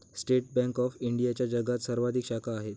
state Bank of इंडियाच्या जगात सर्वाधिक शाखा आहेत